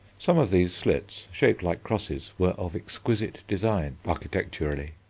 some of these slits, shaped like crosses, were of exquisite design architecturally.